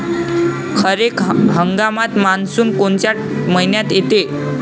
खरीप हंगामात मान्सून कोनच्या मइन्यात येते?